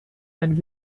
and